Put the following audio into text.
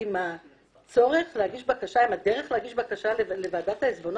עם הדרך להגיש בקשה לוועדת העיזבונות?